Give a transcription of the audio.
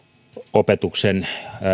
opetuksen